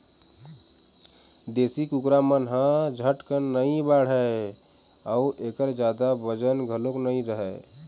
देशी कुकरा मन ह झटकुन नइ बाढ़य अउ एखर जादा बजन घलोक नइ रहय